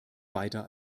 weiter